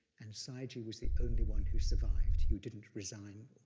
and sayagyi was the only one who survived, who didn't resign